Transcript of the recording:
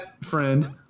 friend